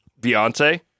Beyonce